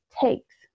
takes